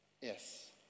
Yes